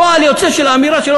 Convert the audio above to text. פועל יוצא של האמירה שלו,